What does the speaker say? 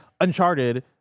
Uncharted